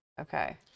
Okay